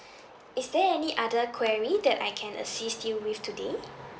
is there any other query that I can assist you with today